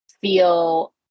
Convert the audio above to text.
feel